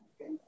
Okay